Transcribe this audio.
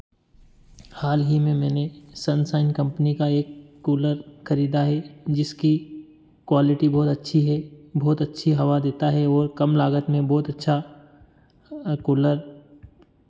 हाल ही में मैंने सनशाइन कम्पनी का एक कूलर खरीदा है जिसकी क्वालिटी बहुत अच्छी है बहुत अच्छी हवा देता है ओर कम लागत में बहुत अच्छा कूलर